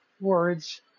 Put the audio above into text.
words